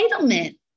entitlement